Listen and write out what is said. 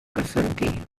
assentí